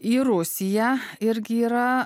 į rusiją irgi yra